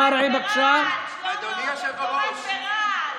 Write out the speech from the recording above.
בבית לוינשטיין לאלו שקשה להם להגיע לשם.